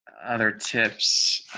other tips.